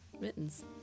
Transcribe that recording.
mittens